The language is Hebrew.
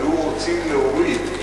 היו רוצים להוריד,